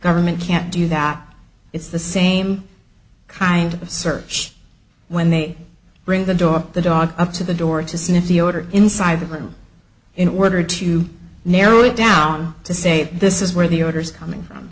government can't do that it's the same kind of search when they bring the dog the dog up to the door to sniff the order inside the room in order to narrow it down to say this is where the orders coming from